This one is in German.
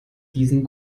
diesen